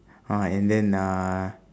ah and then uh